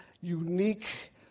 unique